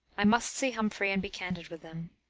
i must see humphrey and be candid with him.